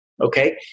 Okay